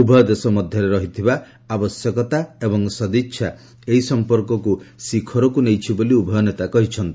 ଉଭୟ ଦେଶ ମଧ୍ୟରେ ରହିଥିବା ଆବଶ୍ୟକତା ଏବଂ ସଦ୍ଦିଚ୍ଛା ଏହି ସଂପର୍କକୁ ଶିଖରକୁ ନେଇଛି ବୋଲି ଉଭୟ ନେତା କହିଛନ୍ତି